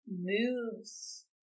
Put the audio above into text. moves